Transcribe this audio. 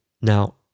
Now